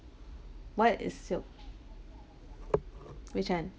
what is your which one